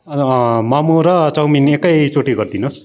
मोमो र चउमिन एकैचोटि गरिदिनुहोस्